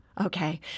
Okay